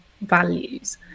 values